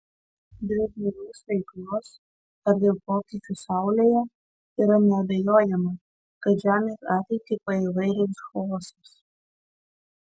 dėl žmogaus veiklos ar dėl pokyčių saulėje yra neabejojama kad žemės ateitį paįvairins chaosas